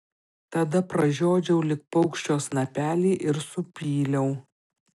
tada pražiodžiau lyg paukščio snapelį ir supyliau